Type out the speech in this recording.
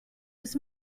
was